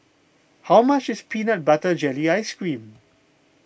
how much is Peanut Butter Jelly Ice Cream